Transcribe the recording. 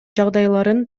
жагдайларын